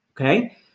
Okay